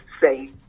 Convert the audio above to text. say